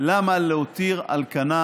להותיר על כנה